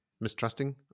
mistrusting